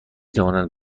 توانند